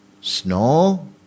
Snow